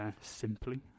simply